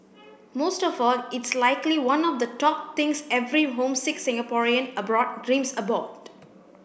most of all it's likely one of the top things every homesick Singaporean abroad dreams about